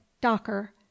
Docker